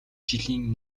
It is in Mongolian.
жилийн